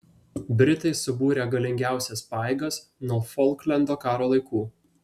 britai subūrė galingiausias pajėgas nuo folklendo karo laikų